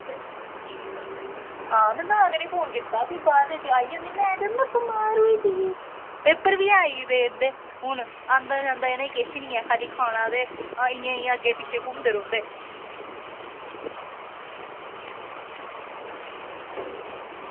ते में तां करियै फोन कीता की बाद बिच आई जंदी की मैडम में बमार होई दी ही पेपर बी आई दे इंदे हून आंदा जांदा इनेंगी किश निं ऐ खाल्ली खाना ते आं इंया इंया अग्गें पिच्छें घुम्मदे रौहंदे